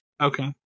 Okay